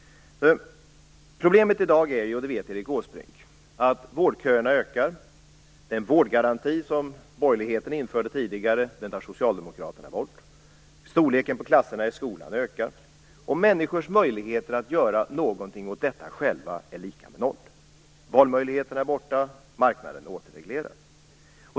Problemen i dag är ju, och det vet Erik Åsbrink, att vårdköerna ökar, att socialdemokraterna tar bort den vårdgaranti som borgerligheten införde tidigare och att storleken på klasserna i skolan ökar, och människors möjligheter att göra någonting åt detta själva är lika med noll. Valmöjligheterna är borta och marknaden är åter reglerad.